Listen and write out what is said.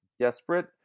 desperate